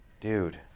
dude